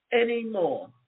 anymore